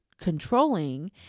controlling